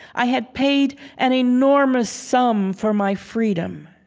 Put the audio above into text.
i had paid an enormous sum for my freedom.